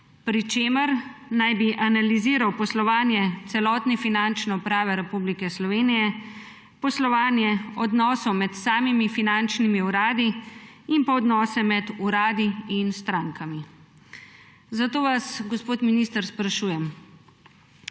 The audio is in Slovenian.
pri čemer naj bi analiziral poslovanje celotne Finančne uprave Republike Slovenije, poslovanje odnosov med samimi finančnimi uradi in odnose med uradi in strankami. Zato vas, gospod minister, sprašujem: